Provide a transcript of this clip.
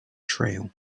trail